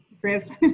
Chris